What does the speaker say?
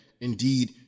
indeed